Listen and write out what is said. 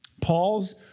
Paul's